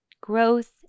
growth